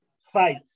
fight